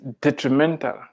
detrimental